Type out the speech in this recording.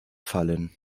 fallen